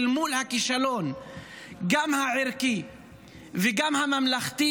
אל מול הכישלון גם הערכי וגם הממלכתי